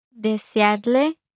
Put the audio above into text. Desearle